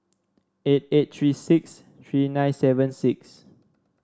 eight eight three six three nine seven six